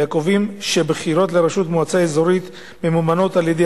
הקובעים שבחירות לראשות מועצה אזורית ממומנות על-ידי